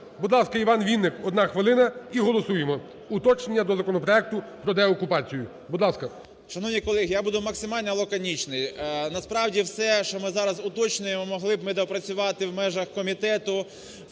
Будь ласка, Іван Вінник, одна хвилина. І голосуємо уточнення до законопроекту про деокупацію. Будь ласка. 16:24:49 ВІННИК І.Ю. Шановні колеги, я буду максимально лаконічний. Насправді, все що ми зараз уточнюємо, могли б ми доопрацювати в межах комітету